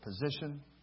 position